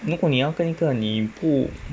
如果你要跟一个你不